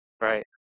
Right